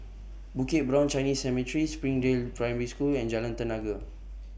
Bukit Brown Chinese Cemetery Springdale Primary School and Jalan Tenaga